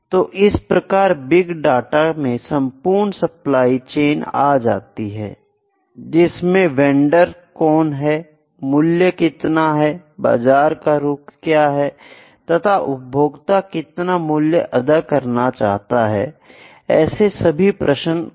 तो इस प्रकार बिग डाटा में संपूर्ण सप्लाई चेन आ जाती है जिसमें वेंडर कौन है मूल्य कितना है बाजार का रुख क्या है तथा उपभोक्ता कितना मूल्य अदा करना चाहता है ऐसे सभी प्रश्न उत्तर सहित होते हैं